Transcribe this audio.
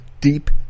deep